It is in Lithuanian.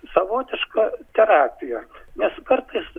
savotiška terapija nes kartais